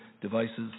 devices